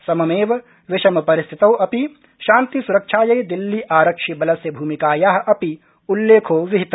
सममेव विषमपरिस्थितौ अपि शान्तिस्रक्षायै दिल्ली आरक्षिबलस्य भूमिकाया अपि उल्लेखो विहित